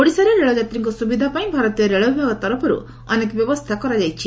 ଓଡ଼ିଶାରେ ରେଳଯାତ୍ରୀଙ୍କ ସୁବିଧା ପାଇଁ ଭାରତୀୟ ରେଳ ବିଭାଗ ତରଫରୁ ଅନେକ ବ୍ୟବସ୍ରୁା କରାଯାଇଛି